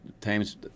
times